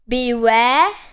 Beware